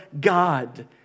God